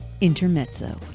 Intermezzo